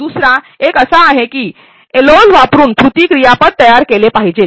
दुसरा एक असा आहे की एलओएस वापरून कृती क्रियापद तयार केले पाहिजेत